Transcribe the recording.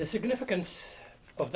the significance of